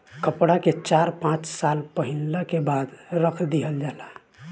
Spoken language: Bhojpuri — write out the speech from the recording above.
कपड़ा के चार पाँच साल पहिनला के बाद रख दिहल जाला